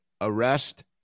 Arrest